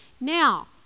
Now